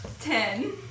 Ten